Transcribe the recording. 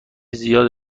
زیاد